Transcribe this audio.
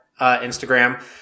Instagram